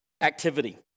activity